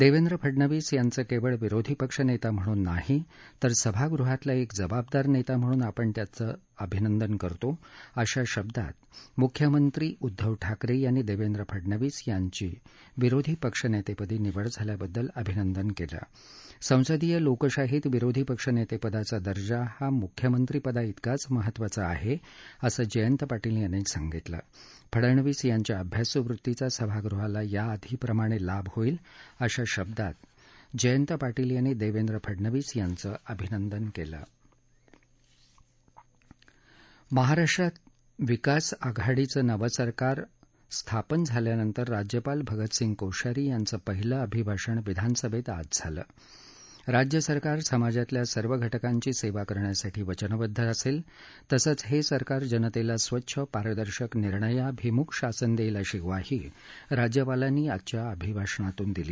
देवेंद्र फडणवीस याद्यशिवळ विरोधी पक्षनेता म्हणून नाही तर सभागृहातला एक जबाबदार नेता म्हणून आपण त्यांचश अभिनद्वि करतो अशा शब्दा मुख्यम ी उद्दव ठाकरे या ी देवेंद्र फडणवीस या ी विरोधी पक्षनेतेपदी निवड झाल्याबद्दल अभिनद्वित केल सस्त्रीय लोकशाहीत विरोधी पक्षनेतेपदाचा दर्जा हा मुख्यमत्रिमदाइतकाच महत्वाचा आहे असजियत्तीपाटील यातीी साशितलफडणवीस यांच्या अभ्यासू वृत्तीचा सभागृहाला याआधीप्रमाणे लाभ होईल अशा शब्दाजयतपाटील यात्ती देवेंद्र फडणवीस याच्चिभिनद्वज्ञ केल महाराष्ट्रात विकास आघाडीच जेव असकार स्थापन झाल्यानत्ति राज्यपाल भगतसिकोश्यारी याद्रापेहिल अभिभाषण विधानसभेत आज झाल राज्य सरकार समाजातल्या सर्व घटकाप्री सेवा करण्यासाठी वचनबद्ध असेल तसद्वहे सरकार जनतेला स्वच्छ पारदर्शक निर्णयाभिमुख शासन देईल अशी ग्वाही राज्यपालातीी आजच्या अभिभाषाणातून दिली